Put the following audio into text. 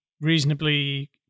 reasonably